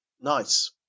Nice